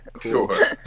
Sure